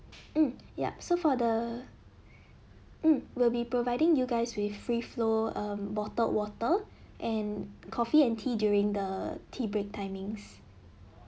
mm yup so for the mm we'll be providing you guys with free flow a bottled water and coffee and tea during the tea break timings